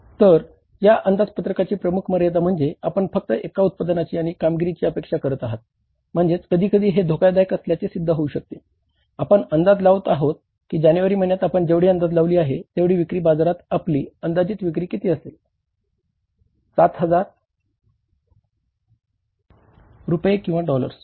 तर या अंदाजपत्रकाची प्रमुख मर्यादा म्हणजे आपण फक्त एका उत्पादनाची आणि कामगिरीची अपेक्षा करत आहात म्हणजेच कधीकधी हे धोकादायक असल्याचे सिद्ध होऊ शकते आपण अंदाजलावत आहोत की जानेवारी महिन्यात आपण जेवढी अंदाज लावली आहे तेवढी विक्री बाजारात आपली अंदाजित विक्री किती असेल 700 हजार रुपये किंवा डॉलर्स